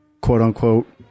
quote-unquote